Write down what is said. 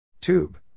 Tube